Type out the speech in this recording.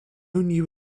new